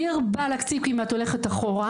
דיר בלאק ציפי אם את הולכת אחורה,